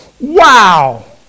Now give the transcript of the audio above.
wow